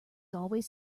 always